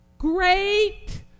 great